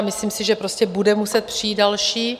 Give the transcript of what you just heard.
Myslím si, že prostě bude muset přijít další.